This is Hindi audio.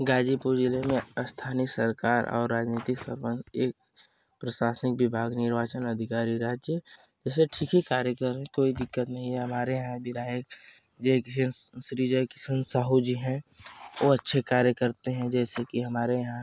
गाजीपुर ज़िले में स्थानीय सरकार और राजनीतिक सम्बन्ध एक प्रशासनिक विभाग निर्वाचन अधिकारी राज्य जैसे ठीक ही कार्य कर रहें कोई दिक्कत नहीं है हमारे यहाँ विधायक जय किशन श्री जय किसन साहू जी हैं वो अच्छे कार्य करते हैं जैसे कि हमारे यहाँ